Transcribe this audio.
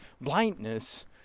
blindness